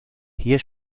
hier